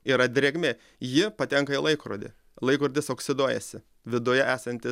yra drėgmė ji patenka į laikrodį laikrodis oksiduojasi viduje esantis